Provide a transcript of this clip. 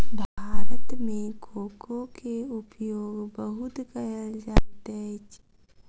भारत मे कोको के उपयोग बहुत कयल जाइत अछि